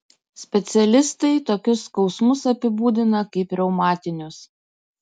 specialistai tokius skausmus apibūdina kaip reumatinius